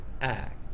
act